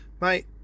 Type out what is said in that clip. Mate